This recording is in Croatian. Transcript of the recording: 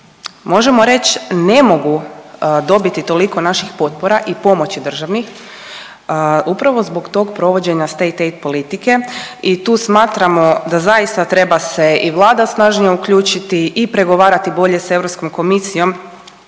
možemo reć ne mogu dobiti toliko naših potpora i pomoći državnih upravo zbog tog provođenja State Date politike i tu smatramo da zaista treba se i Vlada snažnije uključiti i pregovarati bolje sa Europskom komisijom